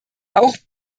auch